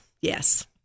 Yes